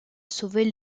sauver